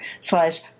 slash